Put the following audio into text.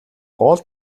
гол